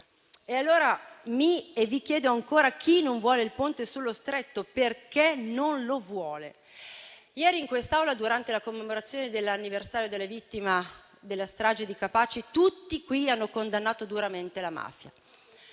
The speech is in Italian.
ancora le ragioni di chi non vuole il Ponte sullo Stretto. Ieri in quest'Aula, durante la commemorazione dell'anniversario delle vittime della strage di Capaci, tutti qui hanno condannato duramente la mafia.